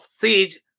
Sage